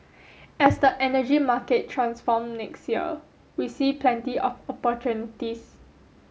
as the energy market transform next year we see plenty of opportunities